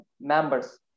members